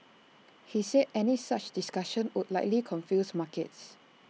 he said any such discussions would likely confuse markets